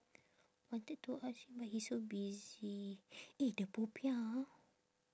wanted to ask him but he so busy eh the popiah ah